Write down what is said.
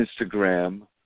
Instagram